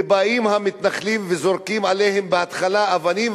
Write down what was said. ובאים המתנחלים וזורקים עליהם בהתחלה אבנים,